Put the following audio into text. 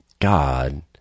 God